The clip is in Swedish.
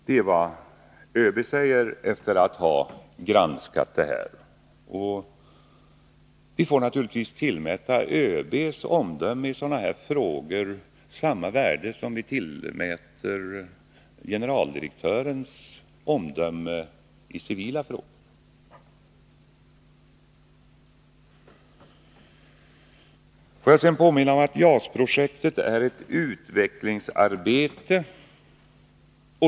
Detta uttalande gjorde ÖB sedan han granskat materialet. Vi får naturligtvis tillmäta ÖB:s omdöme i sådana här frågor samma värde som vi tillmäter generaldirektörens omdöme i civila frågor. Får jag sedan påminna om att JAS-projektet är ett utvecklingsarbete.